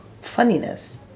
funniness